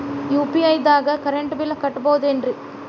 UPI ದಾಗ current bill ಕಟ್ಟಬಹುದೇನ್ರಿ?